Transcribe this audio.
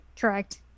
correct